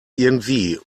irgendwie